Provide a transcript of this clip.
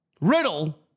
Riddle